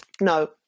no